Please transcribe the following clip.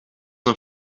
een